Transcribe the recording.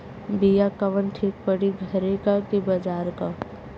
बिया कवन ठीक परी घरे क की बजारे क?